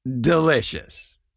Delicious